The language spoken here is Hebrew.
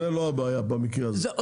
זאת לא הבעיה במקרה הזה.